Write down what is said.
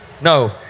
No